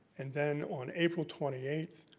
and then on april twenty eighth,